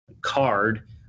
card